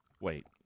Wait